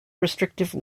restrictive